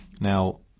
Now